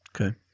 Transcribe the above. Okay